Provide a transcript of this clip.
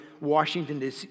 Washington